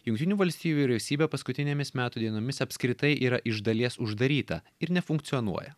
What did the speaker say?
jungtinių valstijų vyriausybė paskutinėmis metų dienomis apskritai yra iš dalies uždaryta ir nefunkcionuoja